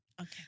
okay